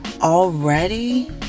already